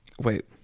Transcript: wait